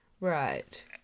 Right